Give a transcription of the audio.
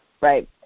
right